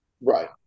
Right